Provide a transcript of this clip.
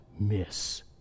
miss